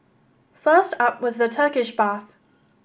first up was the Turkish bath